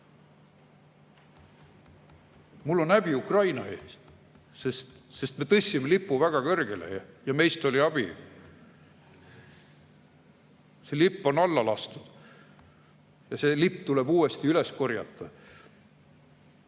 on häbi Ukraina ees, sest me tõstsime lipu väga kõrgele ja meist oli abi. See lipp on alla lastud ja see lipp tuleb uuesti üles korjata.